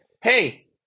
Hey